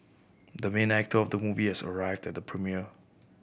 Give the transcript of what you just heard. the main actor of the movie has arrived at the premiere